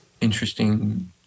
interesting